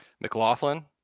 McLaughlin